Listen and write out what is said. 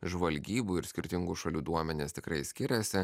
žvalgybų ir skirtingų šalių duomenys tikrai skiriasi